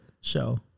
show